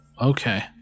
Okay